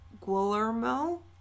Guillermo